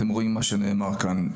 ואתם שומעים את מה שנאמר כאן.